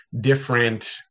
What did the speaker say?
different